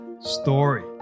story